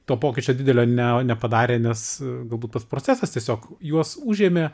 to pokyčio didelio ne nepadarė nes galbūt pats procesas tiesiog juos užėmė